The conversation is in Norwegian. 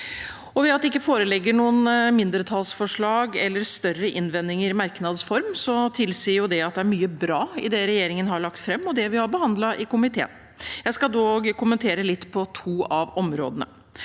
det ikke foreligger noen mindretallsforslag eller større innvendinger i merknads form, tilsier at det er mye bra i det regjeringen har lagt fram, og det vi har behandlet i komiteen. Jeg skal dog kommentere litt på to av områdene.